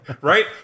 Right